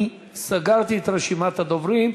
אני סגרתי את רשימת הדוברים.